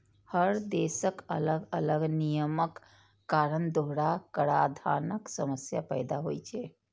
हर देशक अलग अलग नियमक कारण दोहरा कराधानक समस्या पैदा होइ छै